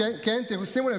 שימו לב,